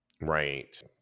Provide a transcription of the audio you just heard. Right